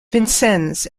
vincennes